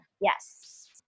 Yes